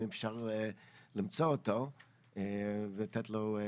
אם אפשר למצוא אותו ולתת לו לדבר.